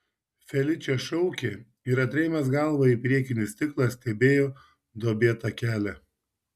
feličė šaukė ir atrėmęs galvą į priekinį stiklą stebėjo duobėtą kelią